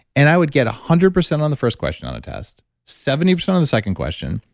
and i would get hundred percent on the first question on the test, seventy percent on the second question.